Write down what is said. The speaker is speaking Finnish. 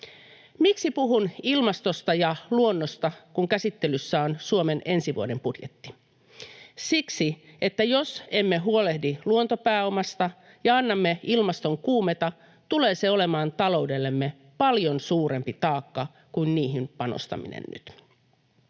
Miksi puhun ilmastosta ja luonnosta, kun käsittelyssä on Suomen ensi vuoden budjetti? Siksi, että jos emme huolehdi luontopääomasta ja annamme ilmaston kuumeta, tulee se olemaan taloudellemme paljon suurempi taakka kuin niihin panostaminen nyt.